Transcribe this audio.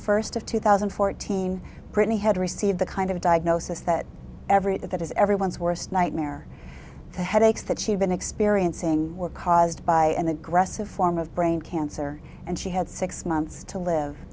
first of two thousand and fourteen britney had received the kind of diagnosis that every that is everyone's worst nightmare the headaches that she'd been experiencing were caused by an aggressive form of brain cancer and she had six months to live